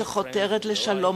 שחותרת לשלום,